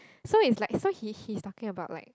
so it's like so he he's talking about like